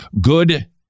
Good